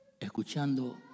Escuchando